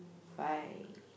five